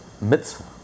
mitzvah